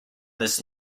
this